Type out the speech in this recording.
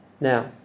Now